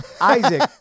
Isaac